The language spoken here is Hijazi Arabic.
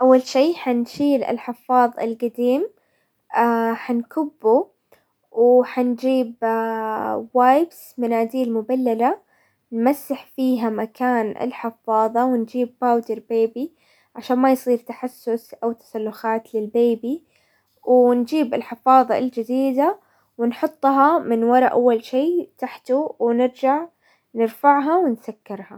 اول شي حنشيل الحفاظ القديم، حنكبه وحنجيب مناديل مبللة نمسح فيها مكان الحفاظة ونجيب باودر بيبي، عشان ما يصير تحسس او للبيبي، ونجيب الحفاظة الجديدة، ونحطها من ورا اول شي تحته ونرجع نرفعها ونسكرها.